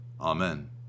Amen